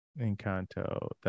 Encanto